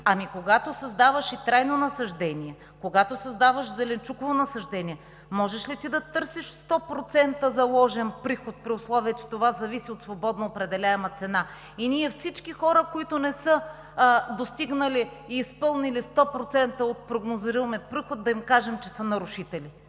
Ами, когато създаваш и трайно насаждение, когато създаваш зеленчуково насаждение, можеш ли да търсиш 100% заложен приход, при условие че това зависи от свободно определяема цена и ние, на всички хора, които не са достигнали и изпълнили 100% от прогнозируемия приход, да им кажем, че са нарушители?